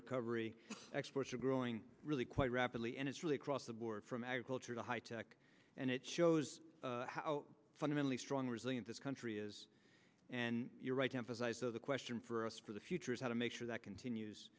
recovery exports are growing really quite rapidly and it's really across the board from agriculture to high tech and it shows how fundamentally strong resilient this country is and you're right emphasize so the question for us for the future is how to make sure that continues